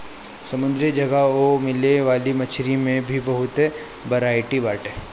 समुंदरी जगह ओए मिले वाला मछरी में भी बहुते बरायटी बाटे